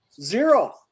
Zero